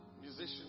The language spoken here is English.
musician